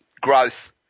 growth